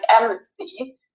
Amnesty